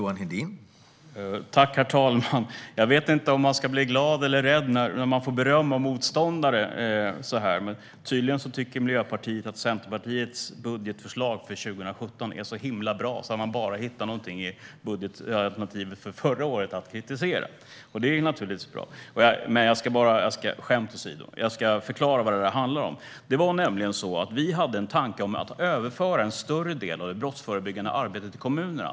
Herr talman! Jag vet inte om man ska bli glad eller rädd när man får beröm av motståndare. Miljöpartiet tycker tydligen att Centerpartiets budgetförslag för 2017 är så himla bra att det bara är i budgetalternativet för förra året som man har hittat något att kritisera. Det är naturligtvis bra. Skämt åsido ska jag förklara vad det handlar om. Vi hade nämligen en tanke om att överföra en större del av det brottsförebyggande arbetet till kommunerna.